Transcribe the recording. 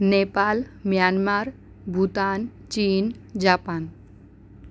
Nepal Myanmar Bhutan China Japan